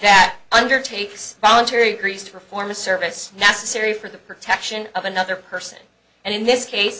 that undertakes voluntary greece to perform a service necessary for the protection of another person and in this case